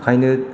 बेखायनो